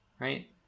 Right